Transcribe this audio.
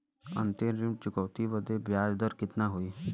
अंतिम ऋण चुकौती बदे ब्याज दर कितना होई?